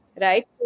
right